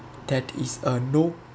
that is a no